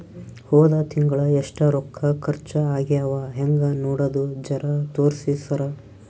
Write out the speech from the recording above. ಹೊದ ತಿಂಗಳ ಎಷ್ಟ ರೊಕ್ಕ ಖರ್ಚಾ ಆಗ್ಯಾವ ಹೆಂಗ ನೋಡದು ಜರಾ ತೋರ್ಸಿ ಸರಾ?